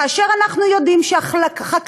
כאשר אנחנו יודעים שהחקלאים,